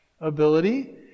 ability